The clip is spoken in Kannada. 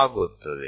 ಆಗುತ್ತದೆ